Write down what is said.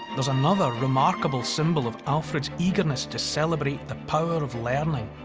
there's another remarkable symbol of alfred's eagerness to celebrate the power of learning.